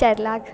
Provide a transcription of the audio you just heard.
चारि लाख